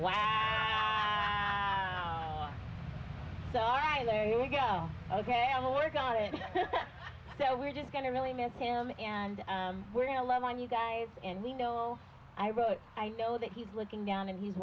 wow all right there you go ok i will work on that we're just going to really miss him and we're going to love on you guys and we know i wrote i know that he's looking down and he's